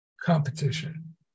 competition